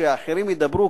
כשאחרים ידברו,